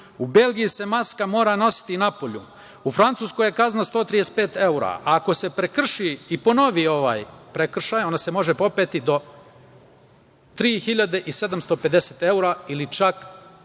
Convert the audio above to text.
U Belgiji se maska mora nositi i napolju. U Francuskoj je kazna 135 evra, a ako se prekrši i ponovi ovaj prekršaj, onda se može popeti do 3.750 evra ili čak